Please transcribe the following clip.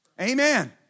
Amen